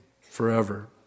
forever